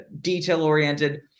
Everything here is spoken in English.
detail-oriented